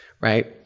right